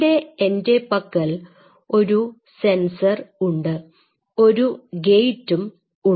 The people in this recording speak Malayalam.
ഇവിടെ എൻറെ പക്കൽ ഒരു സെൻസർ ഉണ്ട് ഒരു ഗേറ്റും ഉണ്ട്